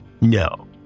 No